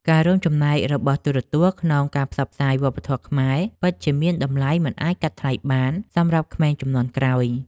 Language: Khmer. ការរួមចំណែករបស់ទូរទស្សន៍ក្នុងការផ្សព្វផ្សាយវប្បធម៌ខ្មែរពិតជាមានតម្លៃមិនអាចកាត់ថ្លៃបានសម្រាប់ក្មេងជំនាន់ក្រោយ។